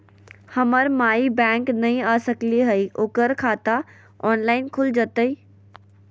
हमर माई बैंक नई आ सकली हई, ओकर खाता ऑनलाइन खुल जयतई?